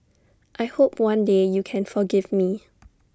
I hope one day you can forgive me